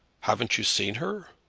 haven't you seen her?